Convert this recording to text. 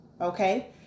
Okay